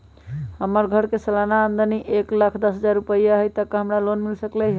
हमर घर के सालाना आमदनी एक लाख दस हजार रुपैया हाई त का हमरा लोन मिल सकलई ह?